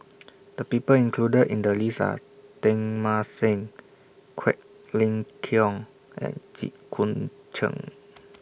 The People included in The list Are Teng Mah Seng Quek Ling Kiong and Jit Koon Ch'ng